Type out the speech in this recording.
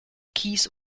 kies